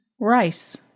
rice